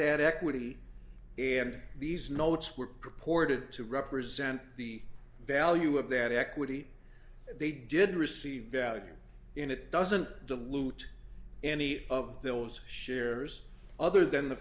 that equity and these notes were purported to represent the value of that equity they did receive value in it it doesn't dilute any of those shares other than the